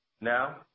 Now